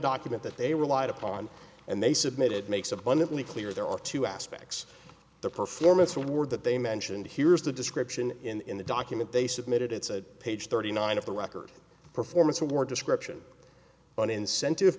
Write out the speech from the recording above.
document that they relied upon and they submitted makes abundantly clear there are two aspects the performance or word that they mentioned here's the description in the document they submitted it's a page thirty nine of the record performance award description an incentive